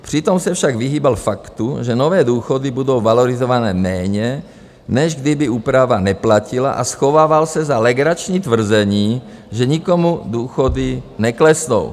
Přitom se však vyhýbal faktu, že nové důchody budou valorizované méně, než kdyby úprava neplatila, a schovával se za legrační tvrzení, že nikomu důchody neklesnou.